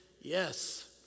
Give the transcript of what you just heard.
yes